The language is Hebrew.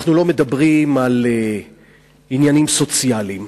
אנחנו לא מדברים על עניינים סוציאליים.